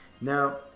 Now